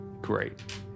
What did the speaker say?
Great